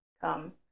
come